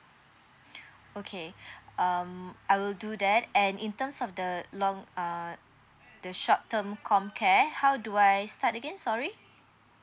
okay um I will do that and in terms of the long err the short term com care how do I start again sorry